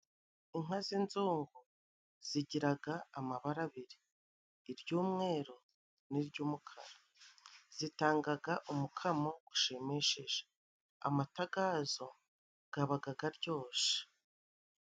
Inka z'inzungu, zigiraga amabara abiri iry'umweru n'iry'umukara. Zitangaga umukamo ushimishije, amata gazo gabaga garyoshe.